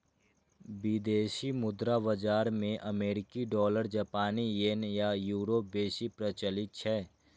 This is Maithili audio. विदेशी मुद्रा बाजार मे अमेरिकी डॉलर, जापानी येन आ यूरो बेसी प्रचलित छै